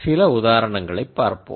சில உதாரணங்களைப் பார்ப்போம்